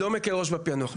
לא מקל ראש בפיענוח,